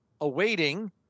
awaiting